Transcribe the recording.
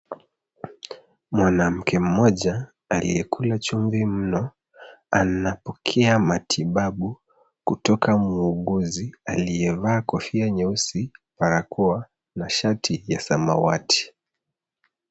Mwanamke moja aliye kula chumvi mno anapokea matibabu kutoka muuguzi aliyevaa kofia nyeusi, barakoa na shati ya samawati.